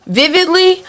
vividly